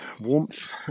warmth